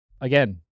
again